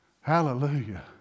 Hallelujah